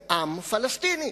אולי בסוף החברה תהיה יותר בריאה,